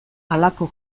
halako